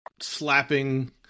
slapping